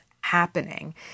happening